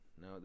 Now